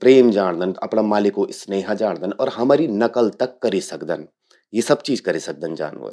प्रेम जाणदन, अपणां मालिको स्नेह जाणदन अर हमरि नकल तक करि सकदन। यी सब चीज करि सकदन जानवर।